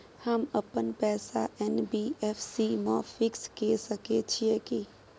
हम अपन पैसा एन.बी.एफ.सी म फिक्स के सके छियै की?